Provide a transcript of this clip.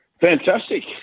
Fantastic